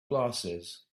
glasses